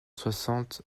soixante